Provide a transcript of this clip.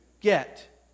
get